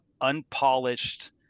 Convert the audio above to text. unpolished